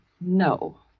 No